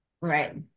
Right